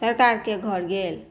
सभटाके घर गेल